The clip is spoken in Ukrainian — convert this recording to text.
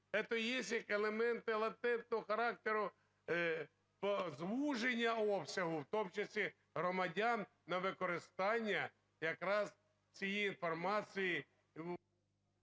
їх елементи латентного характеру по звуженню обсягу, в тому числі громадян, на використання якраз цієї інформації…